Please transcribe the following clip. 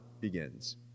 begins